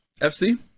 FC